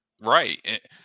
Right